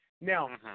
Now